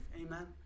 Amen